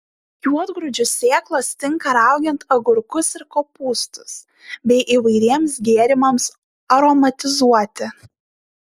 juodgrūdžių sėklos tinka raugiant agurkus ir kopūstus bei įvairiems gėrimams aromatizuoti